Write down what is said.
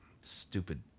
Stupid